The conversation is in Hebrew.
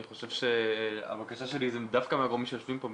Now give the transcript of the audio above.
אני חושב שהבקשה שלי זה דווקא מהגורמים שיושבים פה,